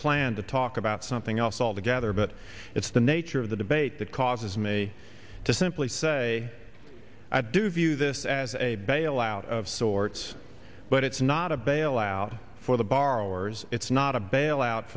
planned to talk about something else altogether but it's the nature of the debate that causes me to simply say i do view this as a bailout of sorts but it's not a bailout for the borrowers it's not a bailout